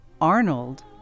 Arnold